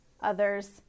others